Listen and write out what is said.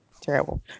terrible